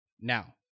Now